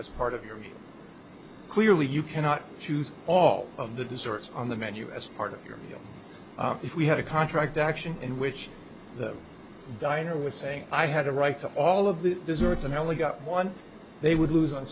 as part of your clearly you cannot choose all of the desserts on the menu as part of your meal if we had a contract action in which the diner was saying i had a right to all of the desserts and i only got one they would lose